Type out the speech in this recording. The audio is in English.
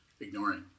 ignoring